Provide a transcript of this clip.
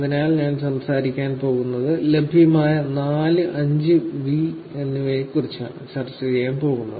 അതിനാൽ ഞാൻ സംസാരിക്കാൻ പോകുന്നത് ലഭ്യമായ 4 5 വി എന്നിവയെക്കുറിച്ചാണ് ചർച്ച ചെയ്യാൻ പോകുന്നത്